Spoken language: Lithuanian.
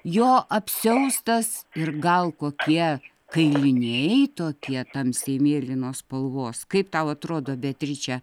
jo apsiaustas ir gal kokie kailiniai tokie tamsiai mėlynos spalvos kaip tau atrodo beatriče